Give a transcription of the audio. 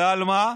ועל מה?